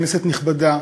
כנסת נכבדה,